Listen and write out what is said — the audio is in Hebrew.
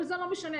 אבל זה לא משנה,